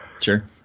Sure